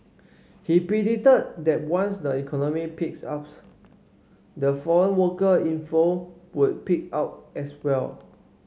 he predicted that once the economy picks up the foreign worker inflow would pick out as well